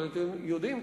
אבל אתם יודעים,